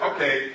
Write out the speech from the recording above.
Okay